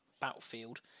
battlefield